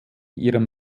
ihrem